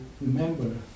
remember